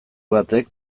batek